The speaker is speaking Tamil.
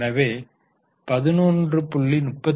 எனவே 11